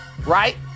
right